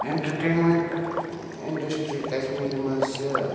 entertainment industry کَشمیٖرِ منٛز چھِ